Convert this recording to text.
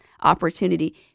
opportunity